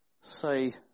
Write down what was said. say